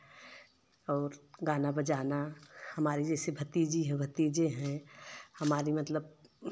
और गाना बजाना हमारी जैसी भतीजी है भतीजे हैं हमारे मतलब